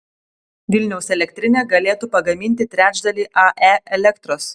vilniaus elektrinė galėtų pagaminti trečdalį ae elektros